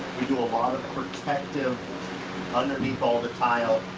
we do a lot of protective underneath all the tile.